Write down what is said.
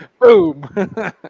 Boom